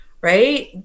right